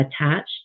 attached